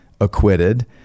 acquitted